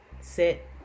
sit